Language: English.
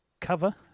cover